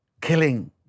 killing